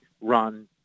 run